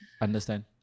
Understand